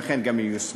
ואכן גם ייושמו.